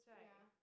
ya